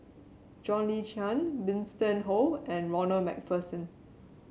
John Le Cain Winston Oh and Ronald MacPherson